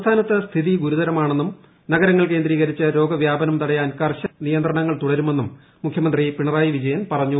സംസ്ഥാനത്ത് സ്ഥിതി ഗുരുതരമാണെന്നും നഗരങ്ങൾ കേന്ദ്രീകരിച്ച് രോഗവ്യാപനം തടയാൻ കർശന നിയന്ത്രണങ്ങൾ തുടരുമെന്നും മുഖ്യമന്ത്രി പിണറായി വിജയൻ പറഞ്ഞു